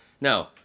No